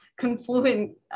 confluent